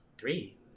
Three